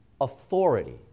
authority